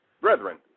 Brethren